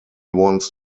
wants